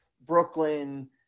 Brooklyn